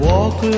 Walk